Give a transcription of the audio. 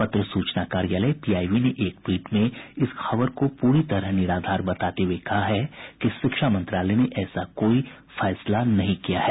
पत्र सूचना कार्यालय पीआईबी ने एक ट्वीट में इस खबर को पूरी तरह निराधार बताते हुए कहा है कि शिक्षा मंत्रालय ने ऐसा कोई फैसला नहीं किया है